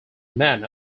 man